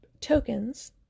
tokens